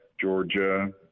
Georgia